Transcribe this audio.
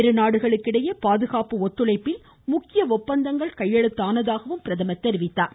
இருநாடுகளுக்கு இடையே பாதுகாப்பு ஒத்துழைப்பில் முக்கிய ஒப்பந்தங்கள் கையெழுத்தானதாக தெரிவித்தார்